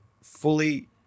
fully